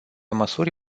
măsuri